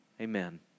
Amen